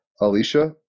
Alicia